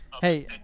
Hey